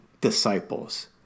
disciples